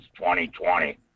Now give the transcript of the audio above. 2020